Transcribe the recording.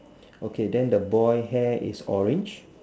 okay then the boy hair is orange